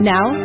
Now